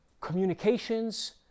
communications